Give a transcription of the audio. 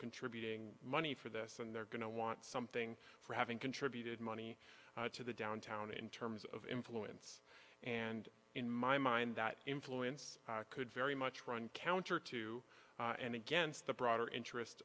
contributing money for this and they're going to want something for having contributed money to the downtown in terms of influence and in my mind that influence could very much run counter to and against the broader interest